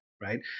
right